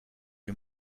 you